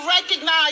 recognize